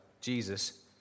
Jesus